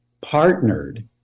partnered